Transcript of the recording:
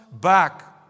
back